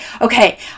okay